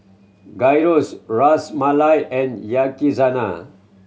Gyros Ras Malai and Yakizakana